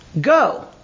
go